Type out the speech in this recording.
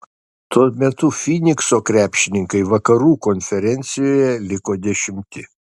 tuo metu fynikso krepšininkai vakarų konferencijoje liko dešimti